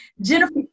Jennifer